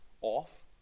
off